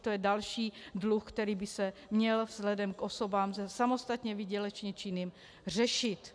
To je další dluh, který by se měl vzhledem k osobám samostatně výdělečně činným řešit.